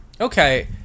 okay